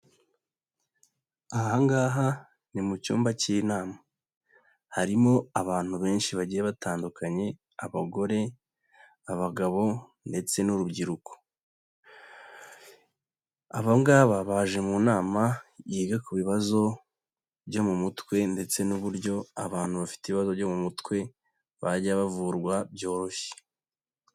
Ahangaha ni mu cyumba cy'inama, harimo abantu benshi bagiye batandukanye, abagore, abagabo ndetse n'urubyirukoba, abanga baje mu nama yiga ku bibazo byo mu mutwe ndetse abantu bafite ibibazo byo mu mutwe bajya bavurwa byoroshye.